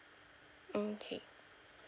okay